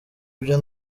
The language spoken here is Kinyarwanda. ibyo